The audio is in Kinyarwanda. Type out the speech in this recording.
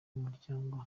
muryango